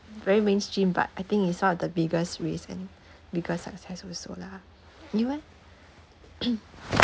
very mainstream but I think it's one of the biggest risk and biggest success also lah you eh